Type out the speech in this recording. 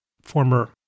former